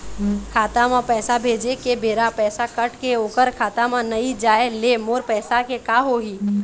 खाता म पैसा भेजे के बेरा पैसा कट के ओकर खाता म नई जाय ले मोर पैसा के का होही?